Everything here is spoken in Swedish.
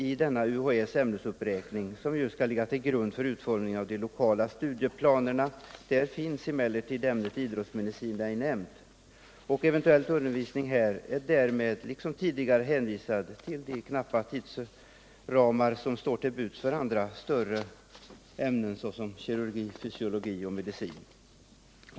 I denna ämnesuppräkning, som skall ligga till grund för utformningen av de lokala studieplanerna, finns emellertid ämnet idrottsmedicin ej nämnt. Eventuell undervisning på detta område är därmed liksom tidigare hänvisad till de knappa tidsramar som står till buds för andra större ämnen som kirurgi, fysiologi och medicin.